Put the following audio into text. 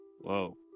Whoa